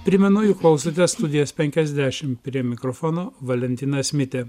primenu jog klausotės studijos penkiasdešim prie mikrofono valentinas mitė